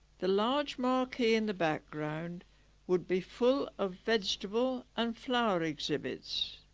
the large marquee in the background would be full of vegetable and flower exhibits